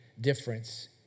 difference